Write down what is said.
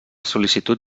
sol·licitud